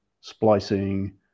splicing